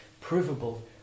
provable